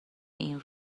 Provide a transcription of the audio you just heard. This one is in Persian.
این